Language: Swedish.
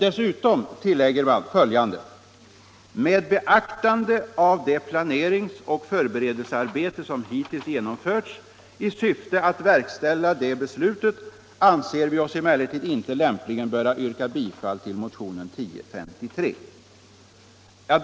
Dessutom tillägger man att ”med beaktande av det planeringsoch förberedelsearbete som hittills genomförts i syfte att verkställa det beslutet, anser vi oss emellertid inte lämpligen böra yrka bifall till motionen 1053”.